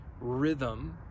rhythm